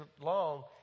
long